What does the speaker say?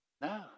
no